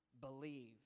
Believe